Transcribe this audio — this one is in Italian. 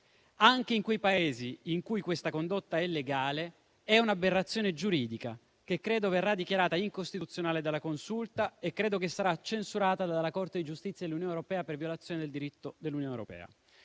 anche in quei Paesi in cui questa condotta è legale, è un'aberrazione giuridica che credo verrà dichiarata incostituzionale dalla Consulta e credo che sarà censurata dalla Corte di giustizia dell'Unione europea per violazione del diritto dell'Unione europea.